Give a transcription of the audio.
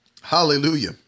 Hallelujah